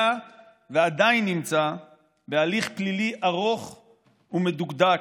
היה ועדיין נמצא בהליך פלילי ארוך ומדוקדק.